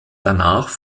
danach